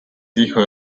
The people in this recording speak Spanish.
hijo